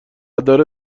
داره